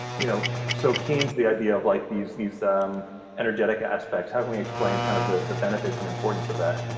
you know so keen to the idea of like these these um energetic aspects. how can we explain kind of the the benefits and importance of that?